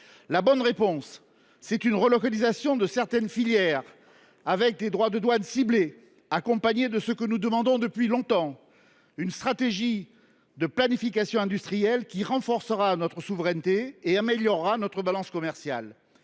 La bonne réponse consiste en une relocalisation de certaines filières et en la mise en place de droits de douane ciblés, accompagnés de ce que nous demandons depuis longtemps, une stratégie de planification industrielle qui renforcera notre souveraineté et améliorera notre balance commerciale.